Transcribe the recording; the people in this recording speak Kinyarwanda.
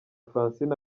francine